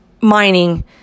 mining